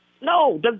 No